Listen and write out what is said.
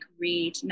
read